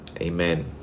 amen